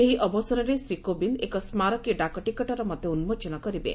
ଏହି ଅବସରରେ ଶ୍ରୀ କୋବିନ୍ଦ ଏକ ସ୍କାରକୀ ଡାକ ଟିକଟର ମଧ୍ୟ ଉନ୍କୋଚନ କରିବେ